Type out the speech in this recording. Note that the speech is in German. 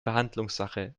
verhandlungssache